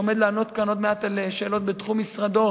שעומד לענות כאן עוד מעט על שאלות בתחום משרדו,